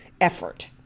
effort